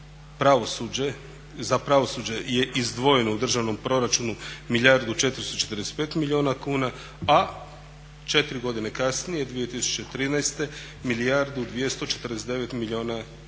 za pravosuđe je izdvojeno u državnom proračunu milijardu i 445 milijuna kuna, a 4 godine kasnije 2013. milijardu i 249 milijuna kuna.